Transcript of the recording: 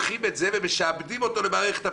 ומשעבדים אותו למערכת הבחירות.